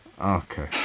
Okay